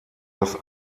das